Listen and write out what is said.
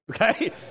okay